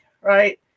right